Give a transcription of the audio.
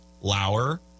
Lauer